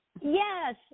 Yes